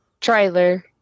trailer